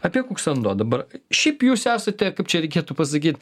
apie kuksando dabar šiaip jūs esate kaip čia reikėtų pasakyt